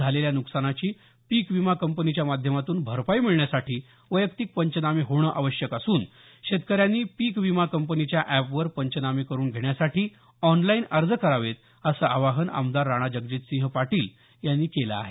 झालेल्या नुकसानाची पीक विमा कंपनीच्या माध्यमातून भरपाई मिळवण्यासाठी वैयक्तिक पंचनामे होणं आवश्यक असून शेतकऱ्यांनी पीकविमा कंपनीच्या एप वर पंचनामे करून घेण्यासाठी ऑनलाइन अर्ज करावेत असं आवाहन आमदार राणा जगजितसिंह पाटील यांनी केलं आहे